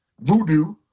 Voodoo